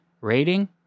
Rating